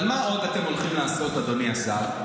אבל מה עוד אתם הולכים לעשות, אדוני השר?